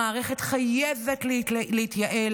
המערכת חייבת להתייעל,